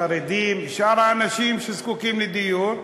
החרדים ושאר האנשים שזקוקים לדיור?